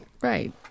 Right